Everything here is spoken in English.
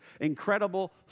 incredible